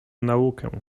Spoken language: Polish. naukę